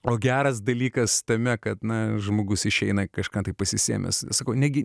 o geras dalykas tame kad na žmogus išeina kažką taip pasisėmęs sakau negi